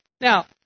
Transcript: Now